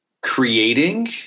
creating